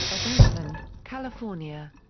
of oakland, california.